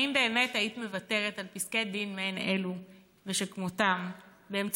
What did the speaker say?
האם באמת היית מוותרת על פסקי דין מעין אלו ושכמותם באמצעות